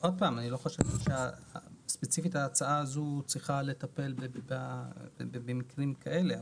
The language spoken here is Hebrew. אני לא חושב שספציפית ההצעה הזאת צריכה לטפל במקרים כאלה.